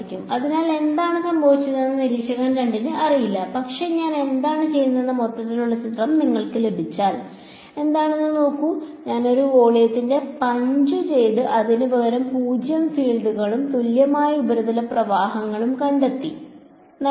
അതിനാൽ എന്താണ് സംഭവിച്ചതെന്ന് നിരീക്ഷകൻ 2 ന് അറിയില്ല പക്ഷേ ഞാൻ എന്താണ് ചെയ്തതെന്ന് മൊത്തത്തിലുള്ള ചിത്രം നിങ്ങൾക്ക് ലഭിച്ചാൽ എന്താണെന്ന് നോക്കൂ ഞാൻ ഒരു വോളിയം പഞ്ച് ചെയ്ത് അതിന് പകരം 0 ഫീൽഡുകളും തുല്യമായ ഉപരിതല പ്രവാഹങ്ങളും നൽകി